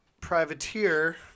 privateer